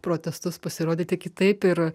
protestus pasirodyti kitaip ir